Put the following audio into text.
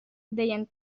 deien